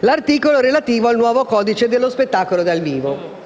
relativo al nuovo codice dello spettacolo dal vivo.